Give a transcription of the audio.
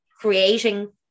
creating